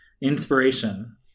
Inspiration